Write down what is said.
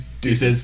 deuces